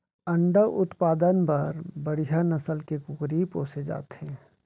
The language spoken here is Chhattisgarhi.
अंडा उत्पादन बर बड़िहा नसल के कुकरी पोसे जाथे